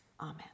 Amen